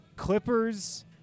Clippers